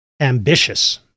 ambitious